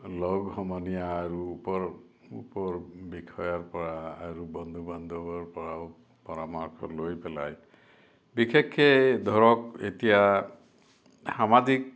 লগ সমনীয়া আৰু ওপৰ ওপৰৰ বিষয়াৰ পৰা আৰু বন্ধু বান্ধৱৰ পৰাও পৰামৰ্শ লৈ পেলাই বিশেষকৈ ধৰক এতিয়া সামাজিক